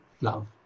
love